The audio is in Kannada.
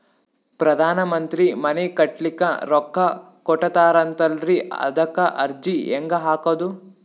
ಪ್ರಧಾನ ಮಂತ್ರಿ ಮನಿ ಕಟ್ಲಿಕ ರೊಕ್ಕ ಕೊಟತಾರಂತಲ್ರಿ, ಅದಕ ಅರ್ಜಿ ಹೆಂಗ ಹಾಕದು?